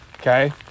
okay